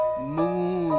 moon